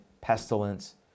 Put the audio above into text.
pestilence